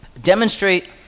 demonstrate